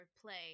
play